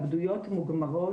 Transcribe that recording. התאבדויות מוגמרות,